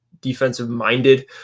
defensive-minded